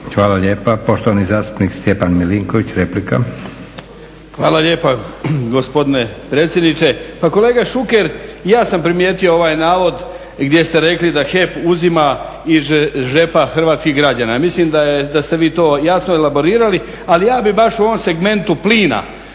Hvala lijepa. Poštovani zastupnik Stjepan Milinković, replika. **Milinković, Stjepan (HDZ)** Hvala lijepa gospodine predsjedniče. Pa kolega Šuker, ja sam primijetio ovaj navod gdje ste rekli da HEP uzima iz džepa hrvatskih građana. Mislim da ste vi to jasno elaborirali, ali ja bih baš u ovom segmentu plina